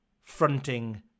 fronting